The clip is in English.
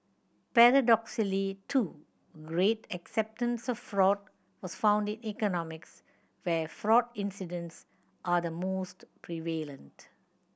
paradoxically too great acceptance of fraud was found in economies where fraud incidents are the most prevalent